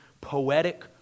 poetic